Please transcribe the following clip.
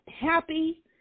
happy